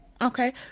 okay